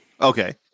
Okay